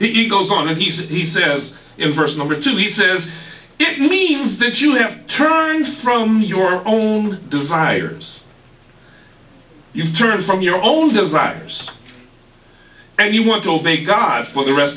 he goes on and he says he says in verse number two he says it means that you have turned from your own desires you've turned from your own desires and you want to obey god for the rest